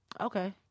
Okay